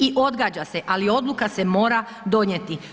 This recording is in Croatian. I odgađa se ali odluka se mora donijeti.